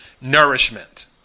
nourishment